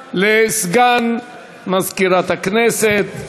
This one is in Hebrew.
הודעה לסגן מזכירת הכנסת.